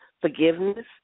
forgiveness